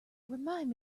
remind